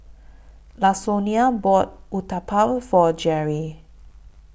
Lasonya bought Uthapam For Jerry